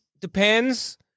depends